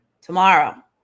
tomorrow